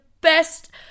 best